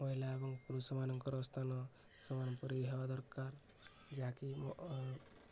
ମହିଳା ଏବଂ ପୁରୁଷମାନଙ୍କର ସ୍ଥାନ ସମାନ ପରି ହେବା ଦରକାର ଯାହାକି